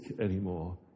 anymore